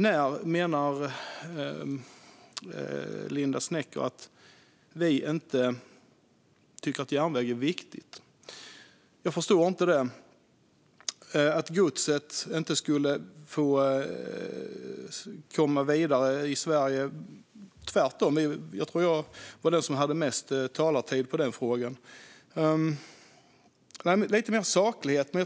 Hur kan Linda W Snecker mena att vi inte tycker att järnväg är viktigt? Jag förstår inte det. Jag tror att jag lade mest talartid på frågan om godsets möjlighet att komma vidare i Sverige.